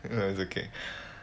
ya it's okay